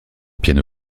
piano